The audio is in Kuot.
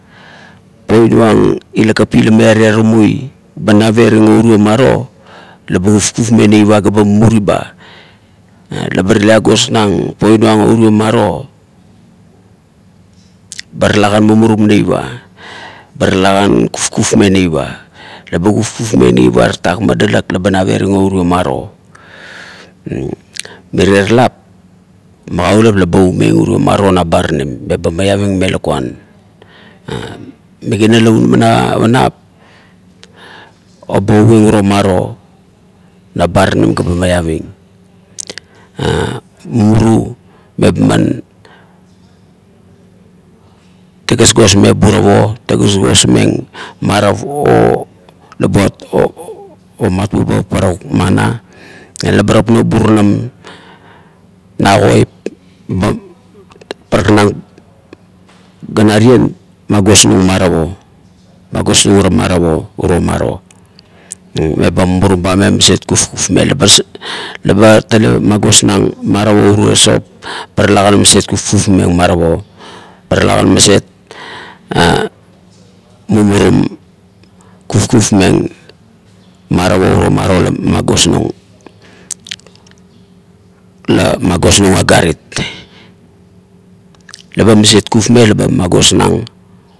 Poinuang ila kapi la miavia temoi ba navaring o urio maro la be kufkufmeng neip a ga ba mumuri ba laba tale agosnang poinuang o urio maro, ba lalakan mumurum neip a, talakan kufkufmeng neip a labe kufkufmeng neip a tatak madalak laba navveirung o urio maro. Nirie lap, magaulap leba oumeing urio maro na baranim ga miaving me lakuan. Migana la ume unama navanap eba ouveng uro maro na baranim ga aba aving. Mumuru eba man, te gosgos meng burap o le gosgosmeng marap o la buat o matmeba barak ana, aba tapno o burunam na koip ba parakneng ganarieng, agosnung marop o, magosnung ara marap o. Uro maro, meba murum ba la ba maset kufkufmeng laba tale magtosnang marop o urio sop, ba talakan maset kufkufmeng inamap o ba talakan maset mumurum kufkufmeng marap o maro la magosnung la be magosnang agarit. La ba maset kufmeng la ba magosnang